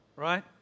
right